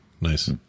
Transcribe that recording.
nice